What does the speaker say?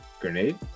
Grenade